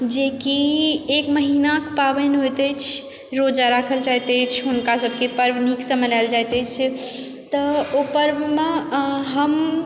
जेकि एक महिनाक पाबनि होयत अछि रोजा राखल जाइत अछि हुनका सबके पर्व नीकसँ मनाएल जाइत अछि तऽ ओ पर्वमे हम